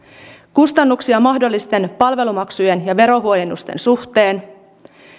kustannuksia mahdollisten palvelumaksujen ja verohuojennusten suhteen